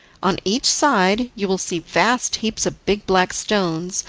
on each side you will see vast heaps of big black stones,